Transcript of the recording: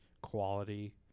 quality